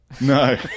No